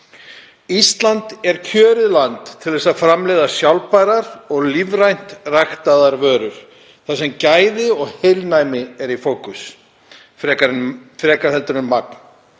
Ísland er kjörið land til að framleiða sjálfbærar og lífrænt ræktaðar vörur þar sem gæði og heilnæmi eru í fókus frekar en magn.